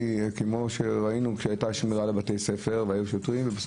כמו שראינו כשהייתה שמירה על בתי ספר והיו שוטרים ואז